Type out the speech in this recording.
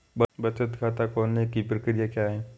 बचत खाता खोलने की प्रक्रिया क्या है?